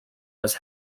was